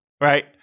right